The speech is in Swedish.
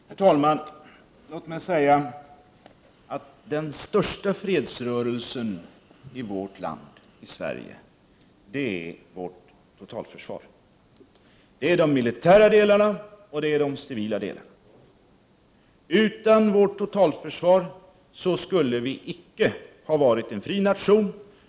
Herr talman! Låt mig säga att den största fredsrörelsen i Sverige är vårt totalförsvar. Det är de militära delarna och de civila delarna. Utan vårt totalförsvar skulle vi icke ha varit en fri nation.